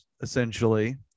essentially